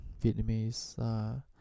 Vietnamese